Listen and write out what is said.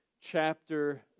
chapter